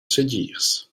segirs